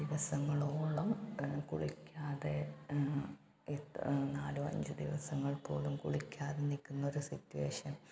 ദിവസങ്ങളോളം കുളിക്കാതെ എത്ര നാലും അഞ്ചും ദിവസങ്ങള് പോലും കുളിക്കാതെ നിൽക്കുന്ന ഒരു സിറ്റുവേഷന്